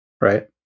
Right